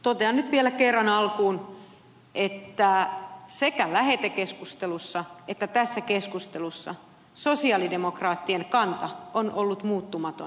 totean nyt vielä kerran alkuun että sekä lähetekeskustelussa että tässä keskustelussa sosialidemokraattien kanta on ollut muuttumaton